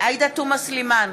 עאידה תומא סלימאן,